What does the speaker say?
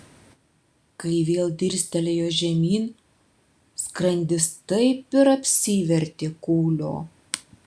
kai vėl dirstelėjo žemyn skrandis taip ir apsivertė kūlio